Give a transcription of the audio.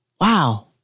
Wow